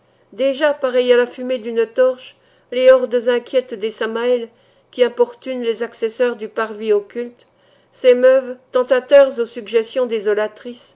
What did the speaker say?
déjà pareils à la fumée d'une torche les hordes inquiètes des samaëls qui importunent les accesseurs du parvis occulte s'émeuvent tentateurs aux suggestions